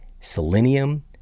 selenium